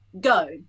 go